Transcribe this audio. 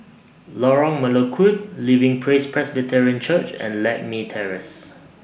Lorong Melukut Living Praise Presbyterian Church and Lakme Terrace